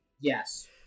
yes